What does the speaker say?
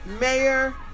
Mayor